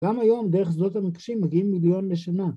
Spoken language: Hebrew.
גם היום דרך זאת המקשים מגיעים מיליון לשנה.